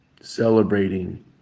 celebrating